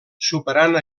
superant